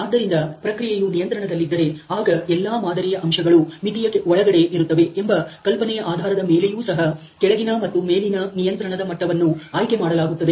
ಆದ್ದರಿಂದ ಪ್ರಕ್ರಿಯೆಯು ನಿಯಂತ್ರಣದಲ್ಲಿದ್ದರೆ ಆಗ ಎಲ್ಲಾ ಮಾದರಿಯ ಅಂಶಗಳು ಮಿತಿಯ ಒಳಗಡೆ ಇರುತ್ತವೆ ಎಂಬ ಕಲ್ಪನೆಯ ಆಧಾರದ ಮೇಲೆಯೂ ಸಹ ಕೆಳಗಿನ ಮತ್ತು ಮೇಲಿನ ನಿಯಂತ್ರಣದ ಮಟ್ಟವನ್ನು ಆಯ್ಕೆ ಮಾಡಲಾಗುತ್ತದೆ